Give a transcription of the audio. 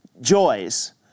joys